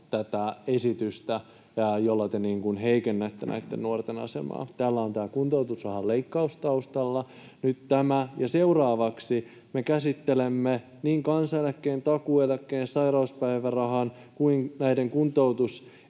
tätä esitystä, jolla te heikennätte näitten nuorten asemaa. Täällä on tämä kuntoutusrahan leikkaus taustalla, nyt tämä, ja seuraavaksi me käsittelemme niin kansaneläkkeen, takuueläkkeen, sairauspäivärahan kuin näiden kuntoutusetuuksien